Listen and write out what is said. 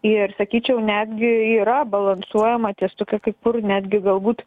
ir sakyčiau netgi yra balansuojama ties tokia kai kur netgi galbūt